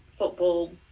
Football